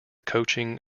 coaching